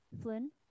Flynn